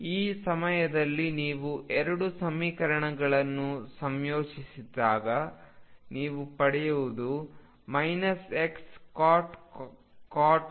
ಈ ಸಮಯದಲ್ಲಿ ನೀವು ಎರಡು ಸಮೀಕರಣಗಳನ್ನು ಸಂಯೋಜಿಸಿದಾಗ ನೀವು ಪಡೆಯುವುದು Xcot X Y